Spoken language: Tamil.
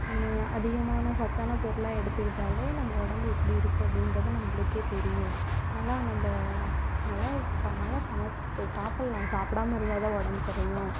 அதிகமான சத்தான பொருளாக எடுத்துக்கிட்டாலே நம்ம உடம்பு எப்படி இருக்குது அப்படின்றது நம்மளுக்கே தெரியும் அதனால் நம்ம நல்லா நல்லா சாப்பு சாப்புடலாம் சாப்பிடாம இருந்தால் தான் உடம்பு குறையும்